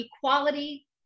equality